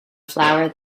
flower